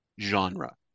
genre